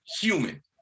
human